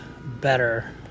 better